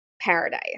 paradise